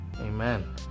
Amen